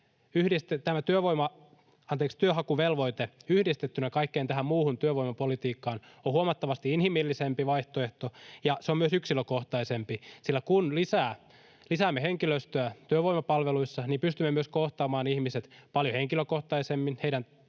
tämä työnhakuvelvoite yhdistettynä kaikkeen tähän muuhun työvoimapolitiikkaan on huomattavasti inhimillisempi vaihtoehto, ja se on myös yksilökohtaisempi, sillä kun lisäämme henkilöstöä työvoimapalveluissa, pystymme myös kohtaamaan ihmiset paljon henkilökohtaisemmin ja heidän